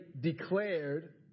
declared